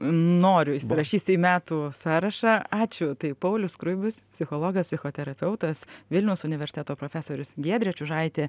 noriu parašysiu į metų sąrašą ačiū tai paulius skruibis psichologas psichoterapeutas vilniaus universiteto profesorius giedrė čiužaitė